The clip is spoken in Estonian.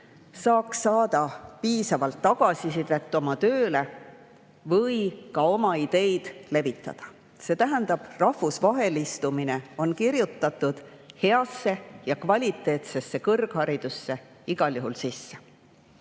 saaks saada piisavalt tagasisidet oma tööle või ka oma ideid levitada. See tähendab, et rahvusvahelistumine on kirjutatud heasse ja kvaliteetsesse kõrgharidusse igal juhul sisse. Kui